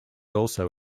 also